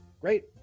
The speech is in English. Great